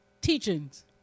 teachings